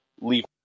leave